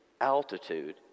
altitude